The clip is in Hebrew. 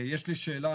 יש לי שאלה,